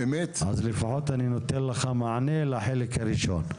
אז לפחות אני נותן לך מענה לחלק הראשון.